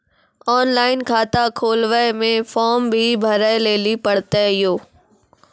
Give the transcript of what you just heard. Online खाता खोलवे मे फोर्म भी भरे लेली पड़त यो?